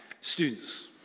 Students